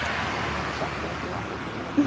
all that i'm like shuffling through all of the